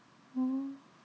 oh